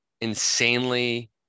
insanely